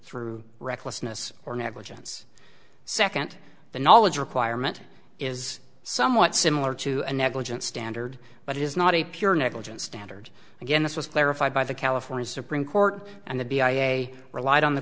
through recklessness or negligence second the knowledge requirement is somewhat similar to a negligence standard but it is not a pure negligence standard again this was clarified by the california supreme court and the b i a relied on the